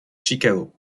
chicago